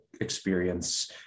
experience